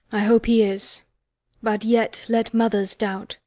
i hope he is but yet let mothers doubt.